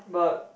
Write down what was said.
but